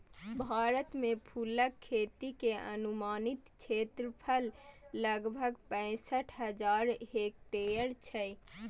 भारत मे फूलक खेती के अनुमानित क्षेत्रफल लगभग पैंसठ हजार हेक्टेयर छै